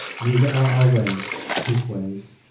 neither are our ways his ways.